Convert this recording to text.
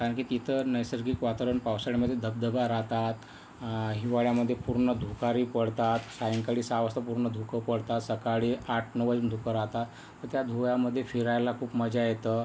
कारण की तिथं नैसर्गिक वातावरण पावसाळ्यामध्ये धबधबा राहतात हिवाळ्यामध्ये पूर्ण धुकारी पडतात सायंकाळी सहा वाजता पूर्ण धुकं पडतात सकाळी आठ नऊ वाजेपर्यंत धुकं राहतात त्या धुव्यामध्ये फिरायला खूप मजा येतं